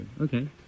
Okay